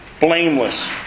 blameless